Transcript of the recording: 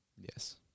Yes